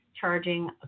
charging